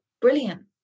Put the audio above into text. brilliant